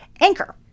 Anchor